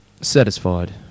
satisfied